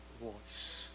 voice